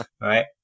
Right